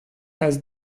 has